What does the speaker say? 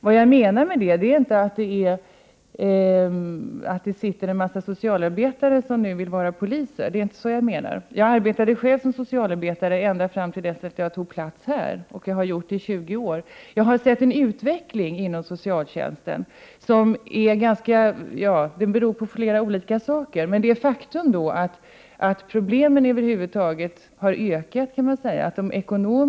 Det jag menar med repression är inte att det finns en mängd socialarbetare som vill vara poliser. Det är inte så jag menar. Jag arbetade själv som socialarbetare fram till dess att jag tog plats här i riksdagen, och jag har gjort det i 20 år. Den utveckling jag har sett inom socialtjänsten beror på flera olika saker. Men det är ett faktum att problemen över huvud taget har ökat.